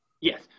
Yes